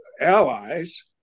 allies